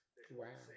Wow